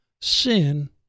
sin